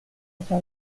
otra